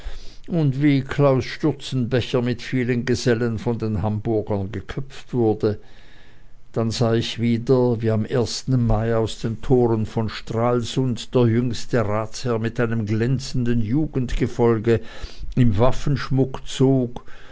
und wie klaus stürzenbecher mit vielen gesellen von den hamburgern geköpft wurde dann sah ich wieder wie am ersten mai aus den toren von stralsund der jüngste ratsherr mit einem glänzenden jugendgefolge im waffenschmuck zog